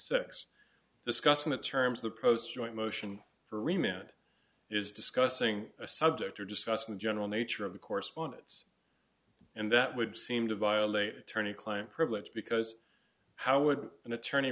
six discussing the terms of the post joint motion for email it is discussing a subject or discussing the general nature of the correspondence and that would seem to violate attorney client privilege because how would an attorney